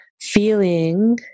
feeling